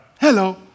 Hello